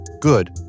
good